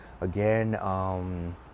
Again